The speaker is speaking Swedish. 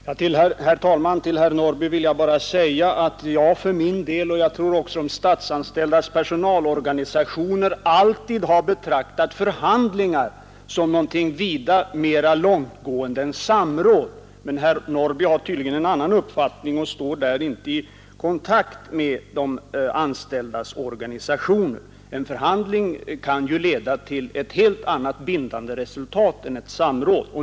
Herr talman! Till herr Norrby i Åkersberga vill jag bara säga att jag för min del, liksom de statsanställdas personalorganisationer, alltid har betraktat förhandlingar som någonting vida mera långtgående än samråd. Herr Norrby har tydligen en annan uppfattning vilken inte rimmar med den mening som drivs av de anställdas organisationer. En förhandling kan ju leda till ett mycket mera bindande resultat än ett samråd.